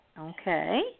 Okay